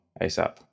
asap